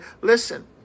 Listen